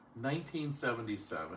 1977